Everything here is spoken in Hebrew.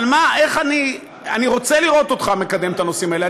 אני רוצה לראות אותך מקדם את הנושאים האלה.